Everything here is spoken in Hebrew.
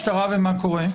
פנו למשטרה, ומה קורה?